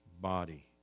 body